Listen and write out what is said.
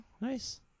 Nice